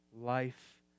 life